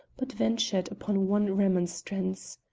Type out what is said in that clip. but ventured upon one remonstrance.